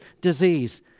disease